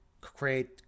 create